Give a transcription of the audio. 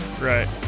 right